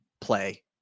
play